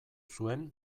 zuen